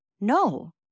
No